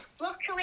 Luckily